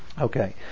Okay